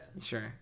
sure